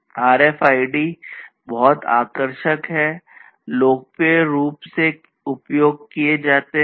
RFIDs बहुत आकर्षक हैं लोकप्रिय रूप से उपयोग किए जाते हैं